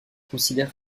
considère